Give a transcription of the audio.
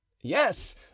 Yes